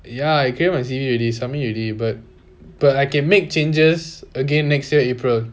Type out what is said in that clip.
ya I create my C_V already submit already but but I can make changes again next year april